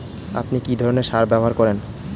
আপনি কী ধরনের সার ব্যবহার করেন?